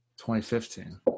2015